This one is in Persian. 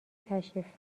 تشریف